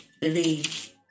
believe